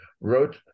wrote